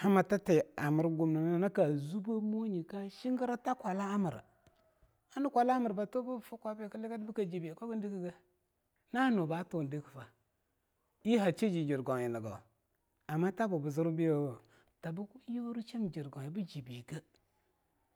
ha matate a mirgumnna nyina ka zubbe muwei nyie ka shingra ta kwala'a mra kwala'a bto bkfkwabya bkli gada bkjibiye kuhagandikgei? na no batun dikeifa ye har sheaji jirgauyigo ama tabo bzirwa b biyewo to ko bnyursheim jirgauya bimjige.